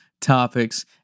topics